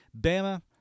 Bama